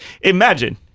imagine